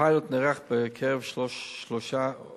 הפיילוט נערך בקרב שלוש אוכלוסיות,